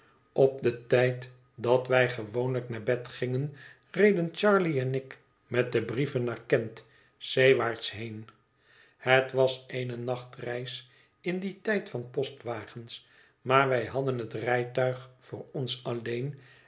op den tijd dat wij gewoonlijk naar bed gingen reden charley en ik met de brieven naar kent zeewaarts heen het was eene nachtreis in dien tijd van postwagens maar wij hadden het rijtuig voor ons alleen